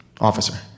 Officer